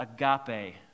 agape